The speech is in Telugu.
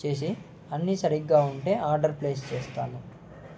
చేసి అన్నీ సరిగ్గా ఉంటే ఆర్డర్ ప్లేస్ చేస్తాను